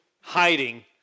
hiding